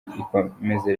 ikomeze